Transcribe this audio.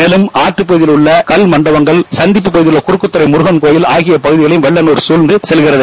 மேலும் ஆற்றப்பகுதியில் உள்ள கல்மண்டபங்கள் சந்திப்பு பகுதியில் உள்ள குறுக்குத்தறை முருகன் கோவில் வெள்ளநீர் சூழ்ந்து செல்கிறது